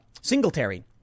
Singletary